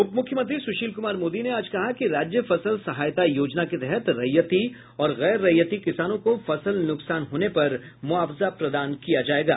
उप मुख्यमंत्री सुशील कुमार मोदी ने आज कहा कि राज्य फसल सहायता योजना के तहत रैयती और गैर रैयती किसानों को फसल नुकसान होने पर मुआवजा प्रदान किया जायेगा